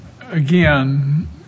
again